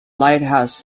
lighthouse